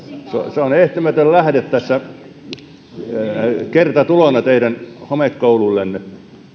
se on ehtymätön lähde kertatulona teidän homekouluillenne